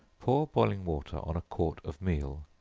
pour boiling water on a quart of meal,